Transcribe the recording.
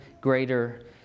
greater